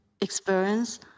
experience